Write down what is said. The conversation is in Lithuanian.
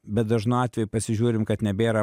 bet dažnu atveju pasižiūrim kad nebėra